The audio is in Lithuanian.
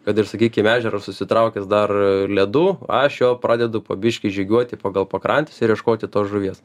kad ir sakykim ežeras susitraukęs dar ledu aš jau pradedu po biškį žygiuoti pagal pakrantes ir ieškoti tos žuvies